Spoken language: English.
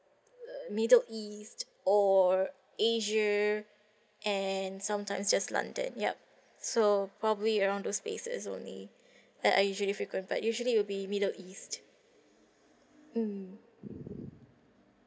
uh middle east or asia and sometimes just london yup so probably around those place only that I usually frequent but usually will be middle east mm